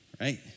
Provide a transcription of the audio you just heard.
right